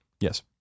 Yes